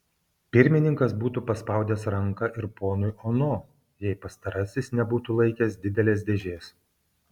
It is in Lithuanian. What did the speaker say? pirmininkas būtų paspaudęs ranką ir ponui ono jei pastarasis nebūtų laikęs didelės dėžės